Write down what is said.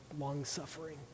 long-suffering